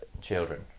children